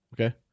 Okay